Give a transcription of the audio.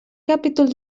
capítol